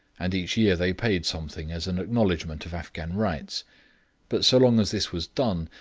and each year they paid something as an acknowledgment of afghan rights but so long as this was done,